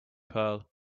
pearl